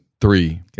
three